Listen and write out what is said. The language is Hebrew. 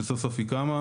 שסוף סוף קמה.